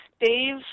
Dave